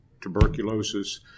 tuberculosis